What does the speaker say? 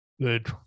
Good